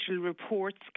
reports